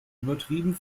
übertrieben